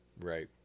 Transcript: Right